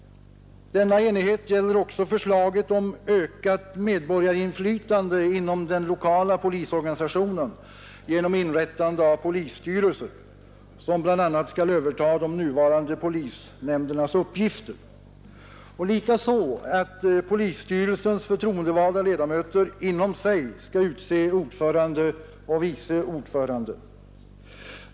Denna enighet gäller också förslag om ökat medborgarinflytande inom den lokala polisorganisationen genom inrättande av polisstyrelser, som bl.a. skall överta de nuvarande polisnämndernas uppgifter, liksom även att polisstyrelsens förtroendevalda ledamöter inom sig skall utse ordförande och vice ordförande.